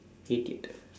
idiot